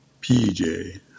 PJ